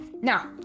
Now